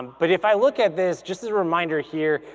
but if i look at this just as a reminder here,